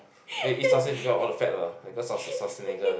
they eat sausage because all the fat mah because of Schwarzenegger